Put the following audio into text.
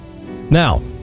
Now